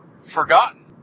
forgotten